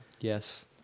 Yes